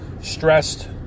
stressed